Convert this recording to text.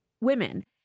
women